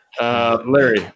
Larry